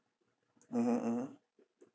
mmhmm mmhmm